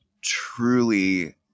truly